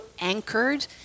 anchored